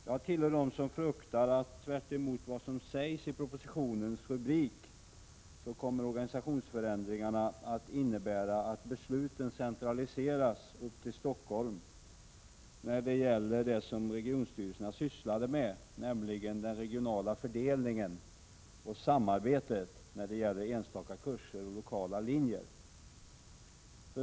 Jag tillhör dem som fruktar, tvärtemot vad som sägs i propositionen, att organisationsförändringarna innebär att besluten centraliseras till Stockholm i fråga om det regionstyrelserna sysslar med, nämligen den regionala fördelningen och samarbetet i frågor som rör enstaka kurser och lokala linjer.